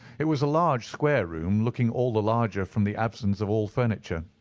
it was a large square room, looking all the larger from the absence of all furniture.